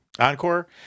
encore